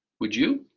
would you?